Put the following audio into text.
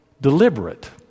deliberate